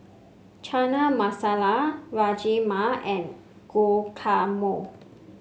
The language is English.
Chana Masala Rajma and Guacamole